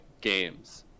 games